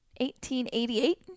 1888